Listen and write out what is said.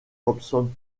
hobson